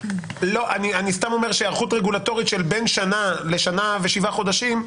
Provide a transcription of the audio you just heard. לא אני אני סתם אומר שהיערכות רגולטורית של בן שנה לשנה ושבעה חודשים,